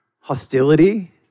hostility